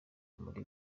muri